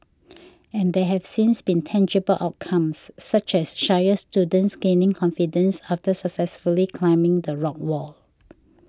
and there have since been tangible outcomes such as shyer students gaining confidence after successfully climbing the rock wall